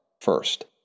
first